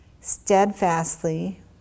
steadfastly